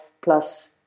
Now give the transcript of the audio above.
plus